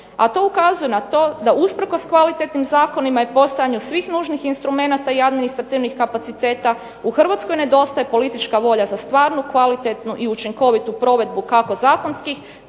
a to ukazuje na to da usprkos kvalitetnim zakonima i postojanju svih nužnih instrumenata i administrativnih kapaciteta u Hrvatskoj nedostaje politička volja za stvarnu, kvalitetnu i učinkovitu provedbu kako zakonskih